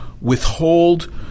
withhold